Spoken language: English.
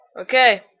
Okay